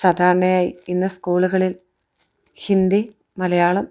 സാധാരണയായി ഇന്ന് സ്കൂളുകളിൽ ഹിന്ദി മലയാളം